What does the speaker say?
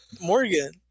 Morgan